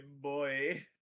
boy